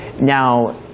Now